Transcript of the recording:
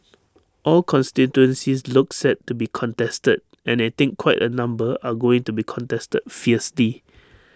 all constituencies look set to be contested and I think quite A number are going to be contested fiercely